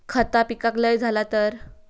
खता पिकाक लय झाला तर?